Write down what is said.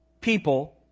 people